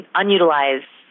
unutilized